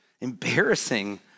embarrassing